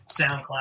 SoundCloud